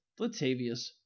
Latavius